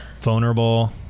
vulnerable